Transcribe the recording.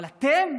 אבל אתם,